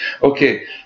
Okay